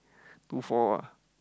two four ah